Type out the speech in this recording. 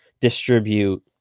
distribute